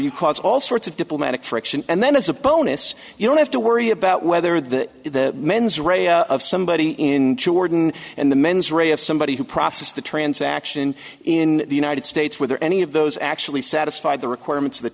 you cause all sorts of diplomatic friction and then as a bonus you don't have to worry about whether the mens rea of somebody in jordan and the mens rea of somebody who process the transaction in the united states whether any of those actually satisfy the requirements